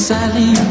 Sally